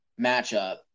matchup